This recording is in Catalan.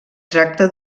tracta